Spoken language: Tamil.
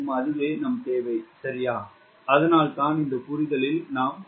அதுவே நம் தேவை சரியா அதனால்தான் இந்த புரிதலில் நாம் செல்கிறோம்